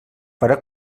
farà